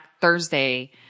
Thursday